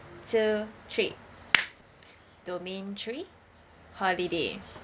two three domain three holiday